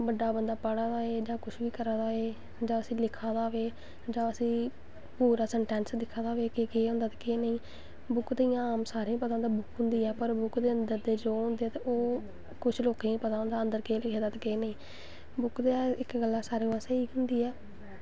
बड्डा बंदा पढ़ा दा होए जां कुछ बी करा दा होए जां उस्सी लिखा दा होए जां उस्सी पूरा संटैंस दिक्खा दा होऐ केह् ते केह् नेईं बुक्क ते इ'यां आम सारें गी पता होंदा बुक्क होंदी ऐ पर बुक्क दे अन्दर दे जो होंदे ओह् कुछ लोकें गी पता होंदा कि अन्दर केह् लिखे दा ते केह् नेईं बुक्क ते इक गल्ला सारें कोला दा स्हेई बी होंदी ऐ